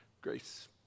grace